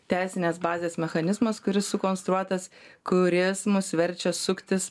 teisinės bazės mechanizmas kuris sukonstruotas kuris mus verčia suktis